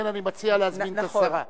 לגלריה, מאוד מעניין, אני מציע להזמין את השרה.